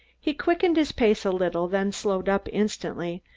he quickened his pace a little, then slowed up instantly,